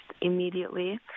immediately